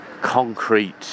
concrete